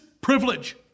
privilege